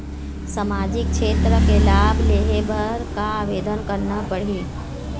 सामाजिक क्षेत्र के लाभ लेहे बर का आवेदन करना पड़ही?